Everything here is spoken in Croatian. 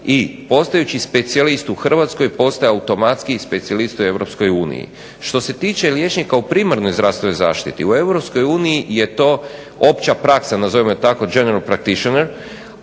i postojeći specijalist u Hrvatskoj postaje automatski specijalist u Europskoj uniji. Što se tiče liječnika u primarnoj zdravstvenoj zaštiti, u Europskoj uniji je to opća praksa, nazivamo je tako general practicion,